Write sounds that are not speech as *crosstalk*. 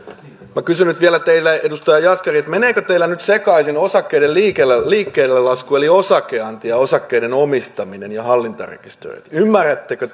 minä kysyn nyt vielä teiltä edustaja jaskari meneekö teillä nyt sekaisin osakkeiden liikkeellelasku eli osakeanti ja osakkeiden omistaminen ja hallintarekisteröinti ymmärrättekö *unintelligible*